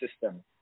system